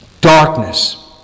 darkness